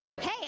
Hey